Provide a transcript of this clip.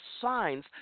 signs